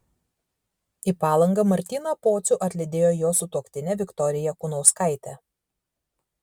į palangą martyną pocių atlydėjo jo sutuoktinė viktorija kunauskaitė